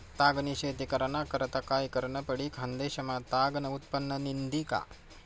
ताग नी शेती कराना करता काय करनं पडी? खान्देश मा ताग नं उत्पन्न निंघी का